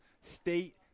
state